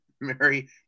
Mary